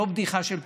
לא בדיחה של פורים.